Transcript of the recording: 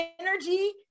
energy